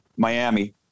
Miami